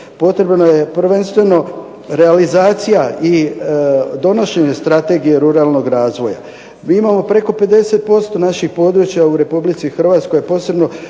Potrebno je prvenstveno realizacija i donošenje Strategije ruralnog razvoja. Mi imamo preko 50% naših područja u Republici Hrvatskoj a posebno